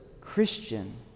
Christian